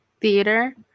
theater